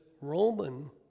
Roman